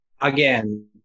again